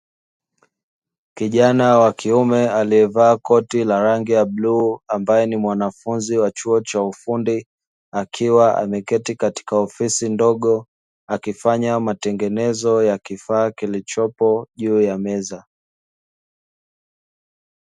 Kijana wakiume alievaa koti la rangi ya bluu ambae ni mwanafunzi wa chuo cha ufundi, akiwa ameketi katika ofisi ndogo akifanya matengenezo ya kifaa kilichopo juu ya meza.